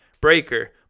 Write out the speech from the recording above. Breaker